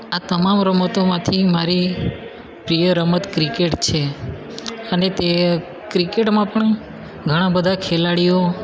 આ તમામ રમતોમાંથી મારી પ્રિય રમત ક્રિકેટ છે અને તે ક્રિકેટમાં પણ ઘણા બધા ખેલાડીઓ